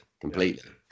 completely